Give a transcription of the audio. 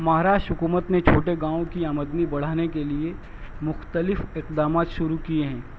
مہاراشٹر حکومت نے چھوٹے گاؤں کی آمدنی بڑھانے کے لیے مختلف اقدامات شروع کیے ہیں